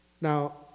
Now